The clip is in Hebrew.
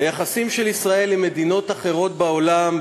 היחסים של ישראל עם מדינות אחרות בעולם,